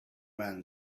man